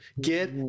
Get